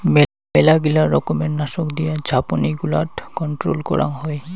মেলগিলা রকমের নাশক দিয়া ঝাপনি গুলাট কন্ট্রোল করাং হই